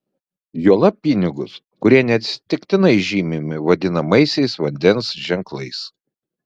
juolab pinigus kurie neatsitiktinai žymimi vadinamaisiais vandens ženklais